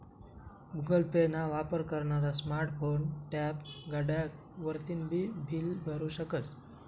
Google Pay ना वापर करनारा स्मार्ट फोन, टॅब, घड्याळ वरतीन बी बील भरु शकस